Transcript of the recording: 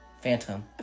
Phantom